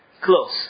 Close